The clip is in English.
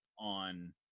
on